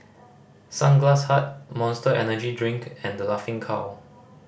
Sunglass Hut Monster Energy Drink and The Laughing Cow